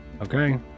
Okay